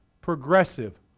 progressive